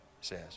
says